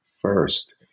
first